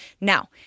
Now